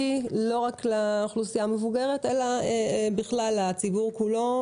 לא רק לאוכלוסייה המבוגרת אלא בכלל לציבור כולו.